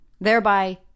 thereby